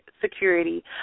security